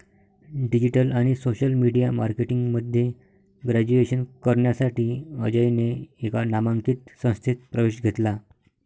digital आणि social media marketing मध्ये graduation करण्यासाठी अजयने एका नामांकित संस्थेत प्रवेश घेतला